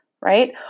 right